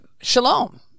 Shalom